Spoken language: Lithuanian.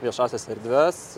viešąsias erdves